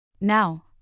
Now